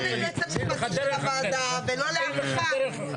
לא ליועץ המשפטי של הוועדה ולא לאף אחד,